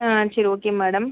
ஆ சரி okay madam